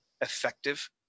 effective